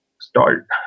start